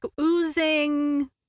oozing